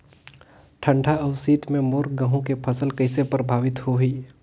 ठंडा अउ शीत मे मोर गहूं के फसल कइसे प्रभावित होही?